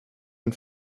and